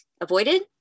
avoided